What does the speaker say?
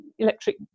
electric